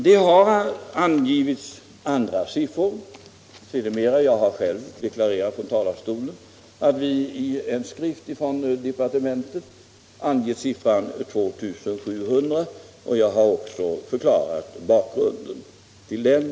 Sedermera har andra siffror angivits — jag har själv deklarerat från talarstolen tidigare att vi i en skrift från departementet har angivit siffran 2 700, och jag har också förklarat bakgrunden till den.